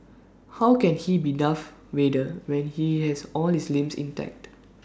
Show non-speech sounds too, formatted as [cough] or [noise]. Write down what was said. how can he be Darth Vader when he has all his limbs intact [noise]